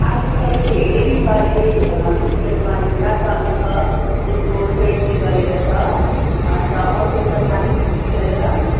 आलु तपाईँको हेरि हेरि छ अहिले सिजनमा यो रातो आलु छ यसको ट्वेन्टी गरेर छ अन्त अर्को छ चालिस जति गरेर